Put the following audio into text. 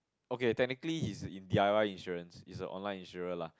okay technically he's in D_I_Y insurance it's a online insurer lah